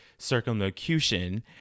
Circumlocution